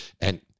and-